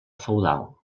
feudal